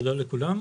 תודה לכולם.